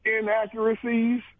inaccuracies